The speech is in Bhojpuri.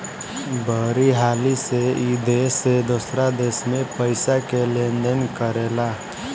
बड़ी हाली से ई देश से दोसरा देश मे पइसा के लेन देन करेला